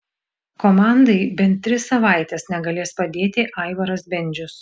komandai bent tris savaites negalės padėti aivaras bendžius